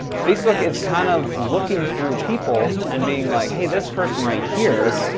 facebook is kind of looking through people and being like, hey, this person right here,